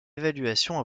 évaluation